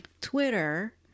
Twitter